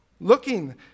looking